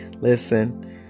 Listen